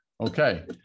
Okay